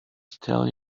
tell